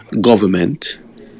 government